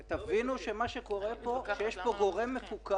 תבינו שמה שקורה פה הוא שיש פה גורם מפוקח